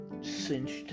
cinched